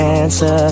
answer